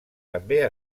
també